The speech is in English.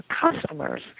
customers